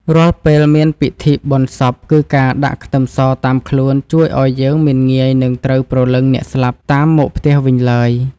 រាល់ពេលមានពិធីបុណ្យសពគឺការដាក់ខ្ទឺមសតាមខ្លួនជួយឱ្យយើងមិនងាយនឹងត្រូវព្រលឹងអ្នកស្លាប់តាមមកផ្ទះវិញឡើយ។